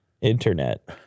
internet